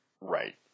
Right